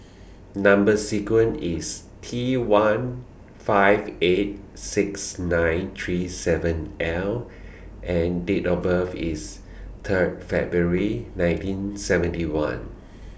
Number sequence IS T one five eight six nine three seven L and Date of birth IS Third February nineteen seventy one